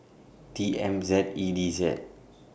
T M Z E D Z